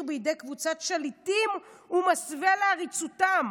בידי קבוצת שליטים ומסווה לעריצותם.